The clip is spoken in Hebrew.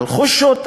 על חושות,